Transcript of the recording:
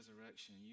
resurrection